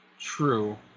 True